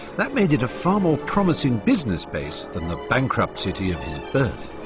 that made it a far more promising business base than the bankrupt city of his birth.